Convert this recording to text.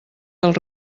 del